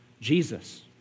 Jesus